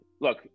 look